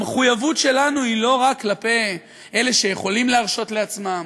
המחויבות שלנו היא לא רק כלפי אלה שיכולים להרשות לעצמם,